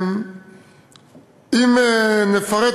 אם נפרט,